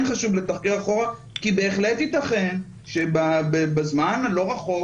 חשוב לתחקר אחורה כי בהחלט יתכן שבזמן הלא רחוק,